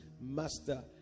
Master